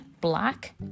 black